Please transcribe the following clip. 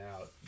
out